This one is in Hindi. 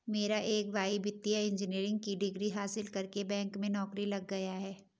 मेरा एक भाई वित्तीय इंजीनियरिंग की डिग्री हासिल करके बैंक में नौकरी लग गया है